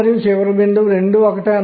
B కి సమానంగా ఉంటుంది